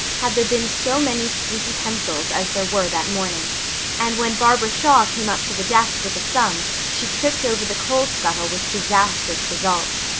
had there been so many squeaky pencils as there were that morning and when barbara shaw came up to the desk with a sum she tripped over the coal scuttle with disastrous results.